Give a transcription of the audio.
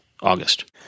August